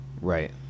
Right